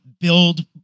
build